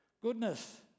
Goodness